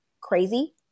crazy